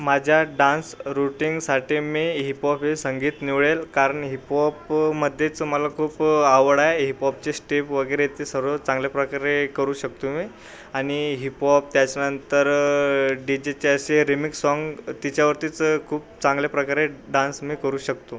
माझ्या डान्स रूटीनसाठी मी हिपहॉप हे संगीत निवडेल कारण मी हिपहॉपमध्येच मला खूप आवड आहे हिपहॉपचे स्टेप वगैरे ते सर्व चांगल्या प्रकारे करू शकतो मी आणि हिपहॉप त्याच्यानंतर डीजेचे असे रीमिक्स सॉन्ग तिच्यावरतीच खूप चांगल्या प्रकारे डान्स मी करू शकतो